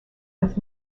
with